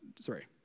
Sorry